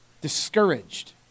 discouraged